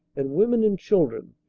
and women and children,